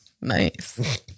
nice